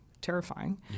terrifying